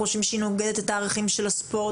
אנחנו חושבים שהיא נוגדת את הערכים של הספורט.